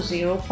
Zero